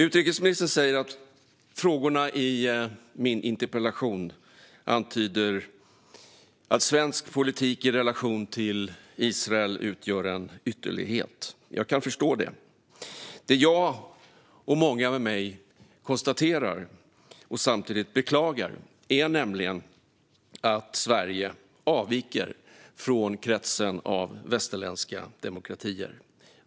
Utrikesministern säger att frågorna i min interpellation antyder att svensk politik i relation till Israel utgör en ytterlighet. Jag kan förstå det. Det jag och många med mig konstaterar och samtidigt beklagar är nämligen att Sverige avviker från kretsen av västerländska demokratier.